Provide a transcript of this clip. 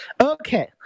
Okay